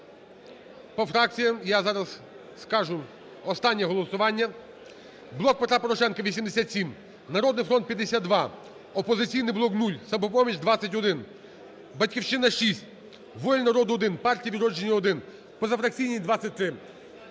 По фракціям. І я зараз скажу останнє голосування. "Блок Петра Порошенка" – 87, "Народний фронт" – 52, "Опозиційний блок" – 0, "Самопоміч" – 21, "Батьківщина" – 6, "Воля народу" – 1, "Партія "Відродження"- 1, позафракційні – 23.